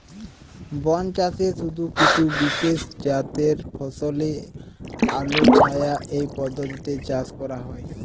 বনচাষে শুধু কিছু বিশেষজাতের ফসলই আলোছায়া এই পদ্ধতিতে চাষ করা হয়